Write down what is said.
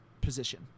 position